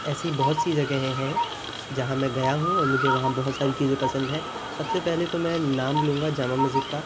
ایسی بہت سی جگہیں ہیں جہاں میں گیا ہوں اور مجھے وہاں بہت ساری چیزیں پسند ہیں سب سے پہلے تو میں نام لوں گا جامع مسجد کا